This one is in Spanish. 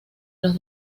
los